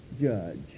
judge